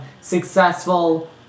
successful